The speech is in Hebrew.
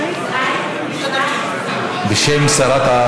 בשם שרת,